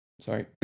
sorry